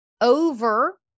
over